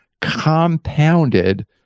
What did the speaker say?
compounded